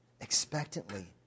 expectantly